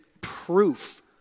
proof